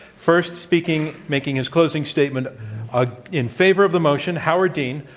first speaking, making his closing statement ah in favor of the motion, howard dean,